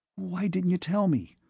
why didn't you tell me?